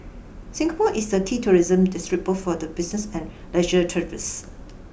Singapore is a key tourism destination both for the business and leisure